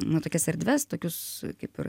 na tokias erdves tokius kaip ir